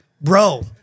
bro